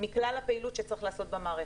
מכלל הפעילות שצריך לעשות במערכת.